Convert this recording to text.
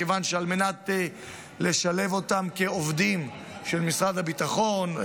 מכיוון שעל מנת לשלב אותם כעובדים של משרד הביטחון,